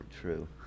True